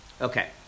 okay